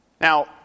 Now